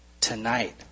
tonight